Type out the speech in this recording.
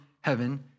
heaven